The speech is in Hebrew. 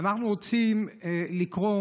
אנחנו רוצים לקרוא